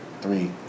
three